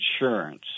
insurance